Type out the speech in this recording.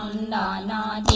nine